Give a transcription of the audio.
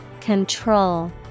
Control